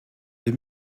deux